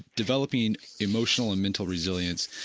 developing emotional and mental resilience